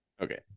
Okay